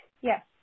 yes